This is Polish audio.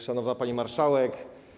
Szanowna Pani Marszałek!